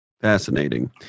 Fascinating